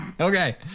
Okay